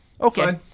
Okay